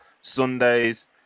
Sundays